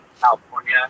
California